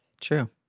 True